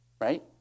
right